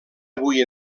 avui